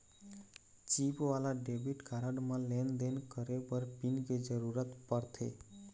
chip वाला debit card म लेन देन करे बर पिन के जरूरत परथे